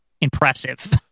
impressive